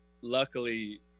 luckily